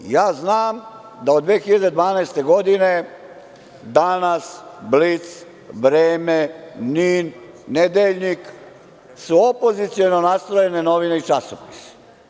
Ja znam da od 2012. godine „Danas“, „Blic“, „Vreme“, „NIN“, „Nedeljnik“ su opoziciono nastrojene novine i časopisi.